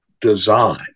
design